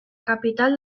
capital